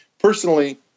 personally